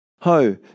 Ho